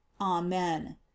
amen